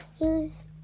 Use